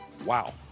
Wow